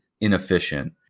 inefficient